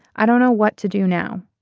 i don't know what to do now.